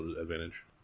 Advantage